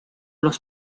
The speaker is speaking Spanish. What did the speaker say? los